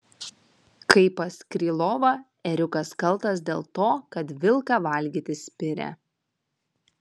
kaip pas krylovą ėriukas kaltas dėl to kad vilką valgyti spiria